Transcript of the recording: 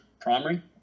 primary